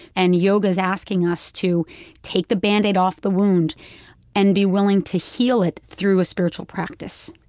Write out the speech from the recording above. and yoga is asking us to take the band-aid off the wound and be willing to heal it through a spiritual practice